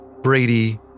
Brady